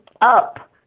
up